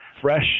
fresh